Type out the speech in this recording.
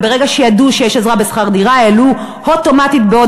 וברגע שידעו שיש עזרה בשכר דירה העלו אוטומטית בעוד